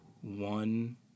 one